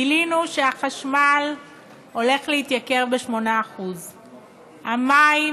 גילינו שהחשמל הולך להתייקר ב-8%; המים,